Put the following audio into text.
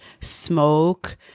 smoke